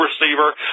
receiver